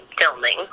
filming